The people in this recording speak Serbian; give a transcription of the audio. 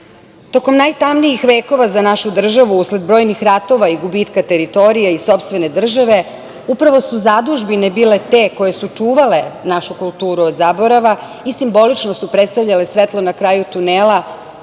imamo. Tokom najtamnijih vekova za našu državu usled brojnih ratova i gubitka teritorije i sopstvene države, upravo su zadužbine bile te koje su čuvale našu kulturu od zaborava i simbolično su predstavljale svetlo na kraju tunela,